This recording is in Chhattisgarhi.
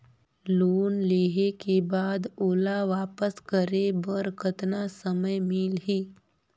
लोन लेहे के बाद ओला वापस करे बर कतना समय मिलही?